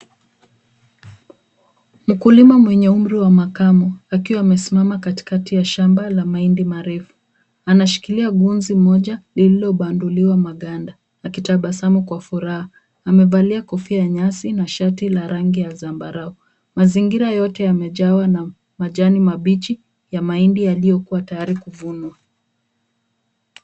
Mkulima mwenye umri wa makamu akiwa amesimama katikati ya shamba la mahindi marefu, anashikilia gunzi moja lililobanduliwa maganda akitabasamu kwa furaha. Amevalia kofia ya nyasi na shati la rangi ya zambarau. Mazingira yote yamejawa na majani mabichi ya mahindi yaliyokuwa tayari kuvunwa.